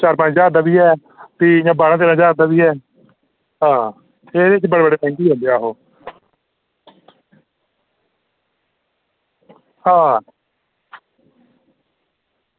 चार पंज ज्हार दा बी ऐ भी इंया बारां तेरां ज्हार दा बी ऐ एह्दे च बड़े बड़े सेंटी रौहंदे आहो आ